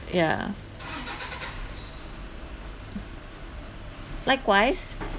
yeah likewise